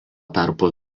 tarpu